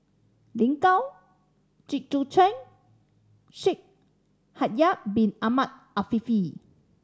Lin Gao Jit Koon Ch'ng and Shaikh Yahya Bin Ahmed Afifi